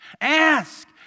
Ask